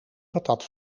patat